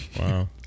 Wow